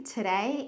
Today